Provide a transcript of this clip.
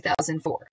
2004